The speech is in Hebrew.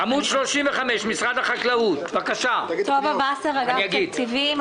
עמוד 35, פניות מס' 284 287, משרד החקלאות.